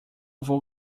vou